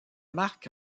marcq